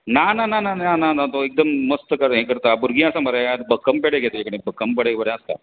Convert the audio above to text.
ना ना ना ना तो एकदम मस्त हे करता भुरगीं आसा मरे भक्कम पेडे घे ताजे कडेन भक्कम एक बरे आसता